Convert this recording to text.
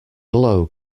glow